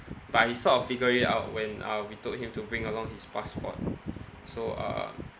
but he sort of figured it out when uh we told him to bring along his passport so uh